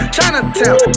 Chinatown